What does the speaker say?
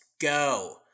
go